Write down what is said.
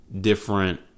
different